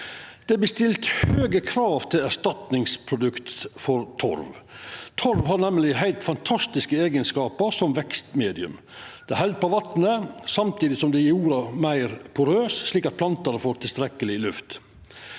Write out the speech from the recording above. Det vert stilt høge krav til erstatningsprodukt for torv. Torv har nemleg heilt fantastiske eigenskapar som vekstmedium. Det held på vatnet, samtidig som det gjer jorda meir porøs, slik at plantane får tilstrekkeleg med luft.